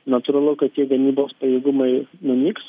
natūralu kad tie gamybos pajėgumai nunyks